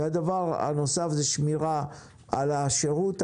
הדבר הנוסף הוא שמירה על השירות,